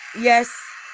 Yes